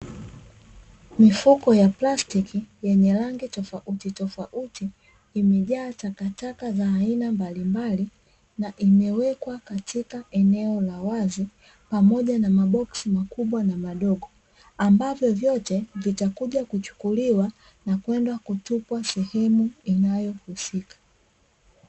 Mifuko ya plasiti yenye rangi tofauti tofauti imejaa takataka za aina mbalimbali na imewekwa katika eneo la wazi pamoja na maboksi makubwa na madogo. Ambavyo vyote vitakuja kuchukuliwa na kwenda kutupwa sehemu inayohusika .